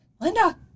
linda